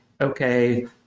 okay